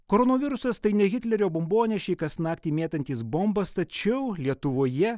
koronavirusas tai ne hitlerio bombonešiai kas naktį mėtantys bombas tačiau lietuvoje